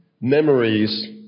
memories